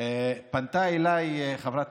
פנתה אליי חברת